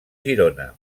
girona